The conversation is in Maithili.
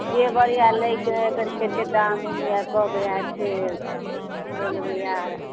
जेवर आओर लैके हइ ओकर कतेक दाम उम अइ बोलबै आओर